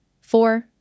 Four